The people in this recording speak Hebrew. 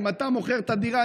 אם אתה מוכר את הדירה,